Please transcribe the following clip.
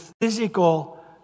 physical